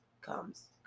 comes